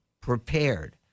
prepared